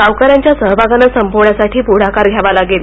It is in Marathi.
गावकऱ्यांच्या सहभागानं संपवण्यासाठी पुढाकार घ्यावा लागेल